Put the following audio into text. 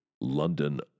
London